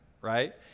right